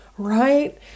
right